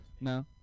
No